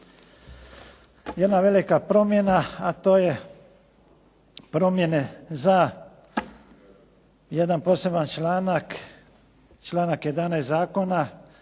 Jedna velika promjena a to je promjene za jedan poseban članak, članak 11. zakona